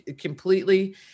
completely